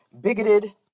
bigoted